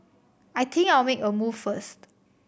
I think I'll make a move first